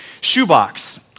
shoebox